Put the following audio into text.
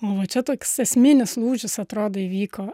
va čia toks esminis lūžis atrodo įvyko